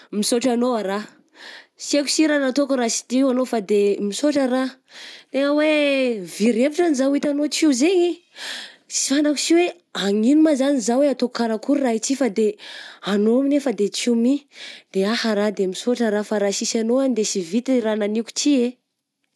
Misaotra anao aho raha, sy haiko sy raha nataoko raha sy teo anao fa de misaotra raha, tegna hoe very hevitra an'zah hitanao teo zay, sy fantako sy hoe agn'ino ma zany zah hoe ataoko karakory raha ity fa de anao nefa de teo mi de ahah raha. De misaotra raha fa raha sisy anao agny de sy vita i raha nagniko ty eh.